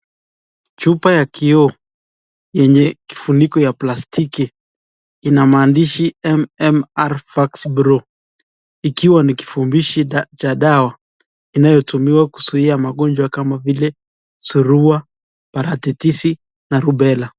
Chupa ya kioo yenye kifuniko ya plastiki, inamaandishi MMR vax Pro ikiwa ni kivumishi cha dawa inayotumiwa kuzuia magonjwa kama vile Surua, maradhi tisi na Rubela.